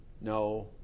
no